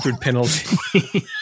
penalty